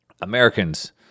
Americans